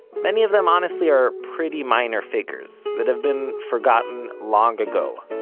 many of them honestly are pretty minor figures, that have been forgotten long ago.